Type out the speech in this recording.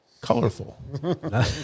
colorful